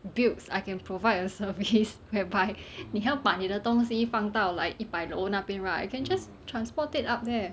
build I can provide a service whereby 你要把你的东西放到一百楼那边 right I can just transport it up there